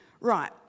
right